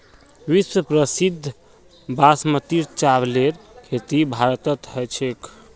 विश्व प्रसिद्ध बासमतीर चावलेर खेती भारतत ह छेक